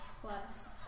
plus